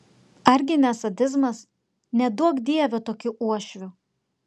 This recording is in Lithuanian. ar gi ne sadizmas neduok dieve tokių uošvių